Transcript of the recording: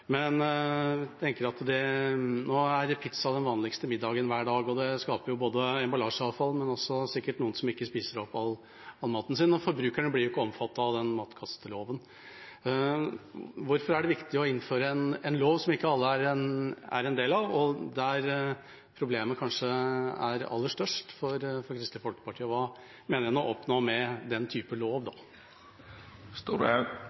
men det er sikkert også noen som ikke spiser opp all maten sin, og forbrukerne blir jo ikke omfattet av denne matkasteloven. Hvorfor er det viktig for Kristelig Folkeparti å innføre en lov som ikke alle er en del av, og der problemet kanskje er aller størst? Hva mener en å oppnå med den typen lov?